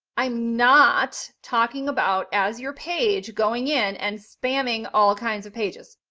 i'm not talking about as your page going in and spamming all kinds of pages,